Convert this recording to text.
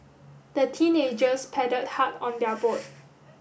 the teenagers paddled hard on their boat